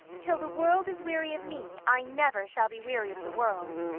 till the world is weary of me, i never shall be weary of the world.